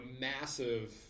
massive